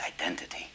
identity